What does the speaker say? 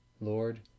Lord